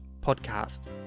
podcast